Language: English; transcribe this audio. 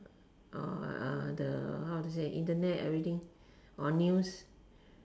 or uh the how to say internet everything or news